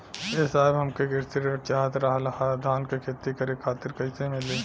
ए साहब हमके कृषि ऋण चाहत रहल ह धान क खेती करे खातिर कईसे मीली?